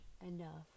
Enough